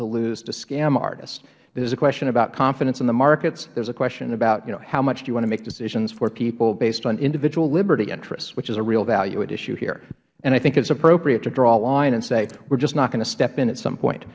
to lose to scam artists there's a question about confidence in the markets there's a question about you know how much do you want to make decisions for people based on individual liberty interests which is a real value at issue here and i think it's appropriate to draw a line and say were just not going to step in at some point